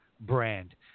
brand